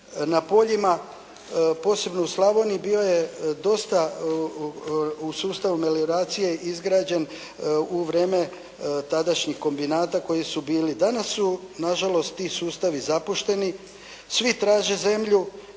na poljima posebno u Slavoniji bio je dosta u sustavu melioracije izgrađen u vrijeme tadašnjih kombinata koji su bili. Danas su nažalost ti sustavi zapušteni. Svi traže zemlju,